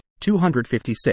256